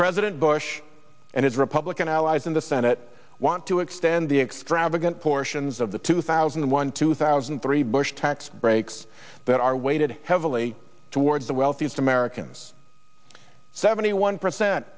president bush and his republican allies in the senate want to extend the extravagant portions of the two thousand and one two thousand and three bush tax breaks that are weighted heavily towards the wealthiest americans seventy one percent